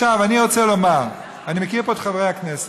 אני רוצה לומר, אני מכיר פה את חברי הכנסת.